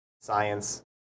science